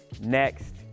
next